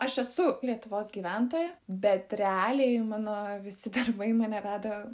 aš esu lietuvos gyventojai bet realiai mano visi darbai mane veda